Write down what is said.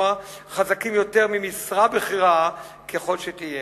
חזקים יותר ממשרה בכירה ככל שתהיה.